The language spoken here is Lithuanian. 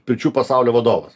pirčių pasaulio vadovas